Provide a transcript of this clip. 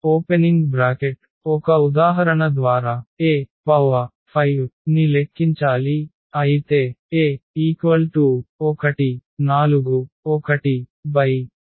చూడండి స్లయిడ్ సమయం 2224 ఒక ఉదాహరణ ద్వారా A5 ని లెక్కించాలి అయితే A 1 4 12 0